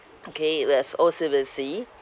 okay that's O_C_B_C